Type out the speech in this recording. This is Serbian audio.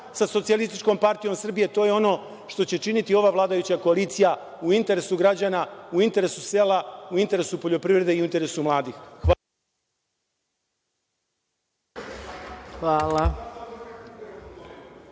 će činiti SNS zajedno sa SPS. To je ono što će činiti ova vladajuća koalicija u interesu građana, u interesu sela, u interesu poljoprivrede i u interesu mladih. Hvala.